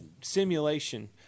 simulation